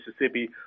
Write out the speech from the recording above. Mississippi